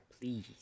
Please